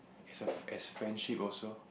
as a as friendship also